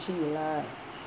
fishing lah